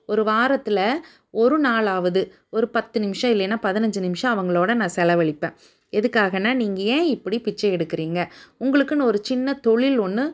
ஒரு வாரத்தில் ஒரு நாளாவது ஒரு பத்து நிமிசம் இல்லைனா பதினஞ்சி நிமிசம் அவங்களோட நான் செலவழிப்பேன் எதுக்காகன்னா நீங்கள் ஏன் இப்படி பிச்சை எடுக்கறிங்க உங்களுக்குன்னு ஒரு சின்ன தொழில் ஒன்று